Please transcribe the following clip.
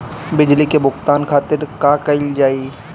बिजली के भुगतान खातिर का कइल जाइ?